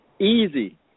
Easy